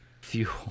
Fuel